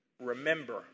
Remember